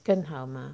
更好吗